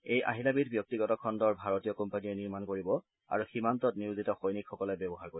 এই আহিলাবিধ ব্যক্তিগত খণুৰ ভাৰতীয় কোম্পানীয়ে নিৰ্মাণ কৰিব আৰু সীমান্তত নিয়োজিত সৈনিকসকলে ব্যৱহাৰ কৰিব